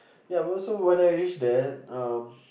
ya but also when I reach there um